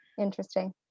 Interesting